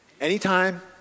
Anytime